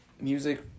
music